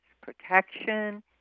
protection